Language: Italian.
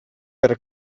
per